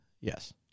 Yes